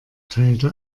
teilte